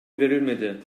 verilmedi